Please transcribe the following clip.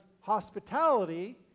hospitality